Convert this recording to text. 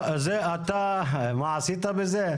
מה עשית בזה?